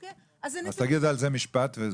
אוקי, אז הנתונים --- אז תגידי על זה משפט וזהו.